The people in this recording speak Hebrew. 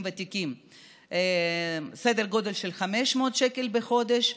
ותיקים סדר גודל של 500 שקל בחודש,